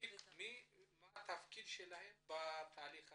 מה התפקיד שלכם בתהליך הזה.